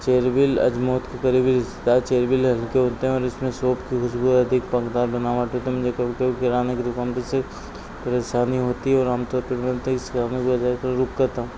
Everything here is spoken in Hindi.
चेरबिल अजमोथ के करीबी रिश्तेदार चेरबिल हल्के होते हैं और इसमें शॉप की खुशबू रहती एक पंखदार बनावट होती मुझे कभी कभी किराने की दुकान पे इसे परेशानी होती है और आमतौर पर मैं तो इसका करता हूँ